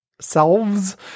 selves